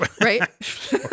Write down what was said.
right